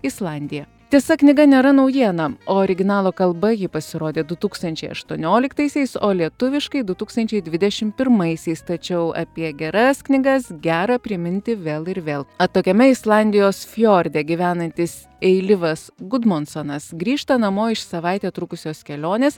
islandija tiesa knyga nėra naujiena originalo kalba ji pasirodė du tūkstančiai aštuonioliktaisiais o lietuviškai du tūkstančiai dvidešim pirmaisiais tačiau apie geras knygas gera priminti vėl ir vėl atokiame islandijos fiorde gyvenantis eilivas gudmonsonas grįžta namo iš savaitę trukusios kelionės